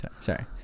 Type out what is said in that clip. Sorry